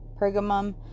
Pergamum